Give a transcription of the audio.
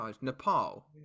Nepal